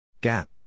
Gap